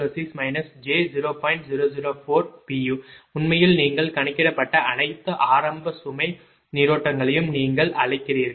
u உண்மையில் நீங்கள் கணக்கிடப்பட்ட அனைத்து ஆரம்ப சுமை நீரோட்டங்களையும் நீங்கள் அழைக்கிறீர்கள்